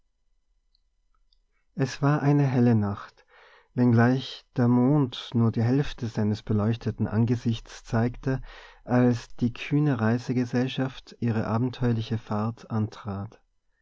es war eine helle nacht wenngleich der mond nur die hälfte seines beleuchteten angesichts zeigte als die kühne reisegesellschaft ihre abenteuerliche fahrt antrat